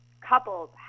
couples